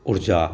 ऊर्जा